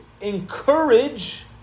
encourage